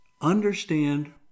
Understand